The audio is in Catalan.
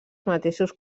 mateixos